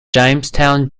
jamestown